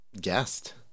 guest